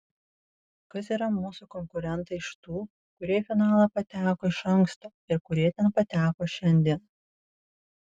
kas yra mūsų konkurentai iš tų kurie į finalą pateko iš anksto ir kurie ten pateko šiandien